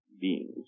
beings